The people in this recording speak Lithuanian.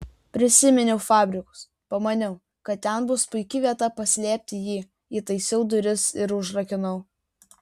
prisiminiau fabrikus pamaniau kad ten bus puiki vieta paslėpti jį įtaisiau duris ir užrakinau